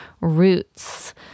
roots